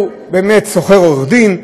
הוא באמת שוכר עורך דין,